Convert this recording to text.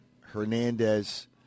Hernandez